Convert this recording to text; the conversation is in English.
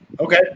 Okay